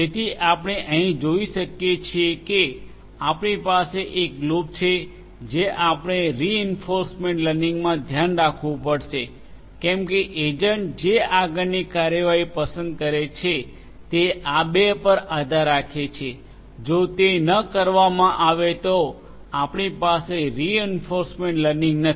તેથી આપણે અહીં જૉઈ શકીએ છીએ કે આપણી પાસે એક લૂપ છે જે આપણે રિઇન્ફોર્સમેન્ટ લર્નિંગમાં ધ્યાનમાં રાખવું પડશે કેમકે એજન્ટ જે આગળની કાર્યવાહી પસંદ કરે છે તે આ બે પર આધાર રાખે છે જો તે ન કરવામાં આવે તો આપણી પાસે રિઇન્ફોર્સમેન્ટ લર્નિંગ નથી